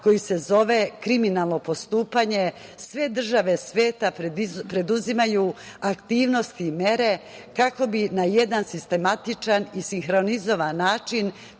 koji se zove kriminalno postupanje sve države sveta preduzimaju aktivnosti i mere, kako bi na jedan sistematičan i sinhronizovan način